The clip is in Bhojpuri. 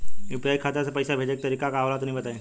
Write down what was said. यू.पी.आई खाता से पइसा भेजे के तरीका का होला तनि बताईं?